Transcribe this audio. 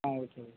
ஆ okay